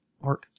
art